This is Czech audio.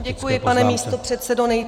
Děkuji, pane místopředsedo.